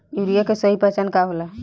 Urea के सही पहचान का होला?